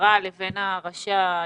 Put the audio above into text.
המשטרה לבין ראשי הישוב,